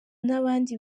n’abandi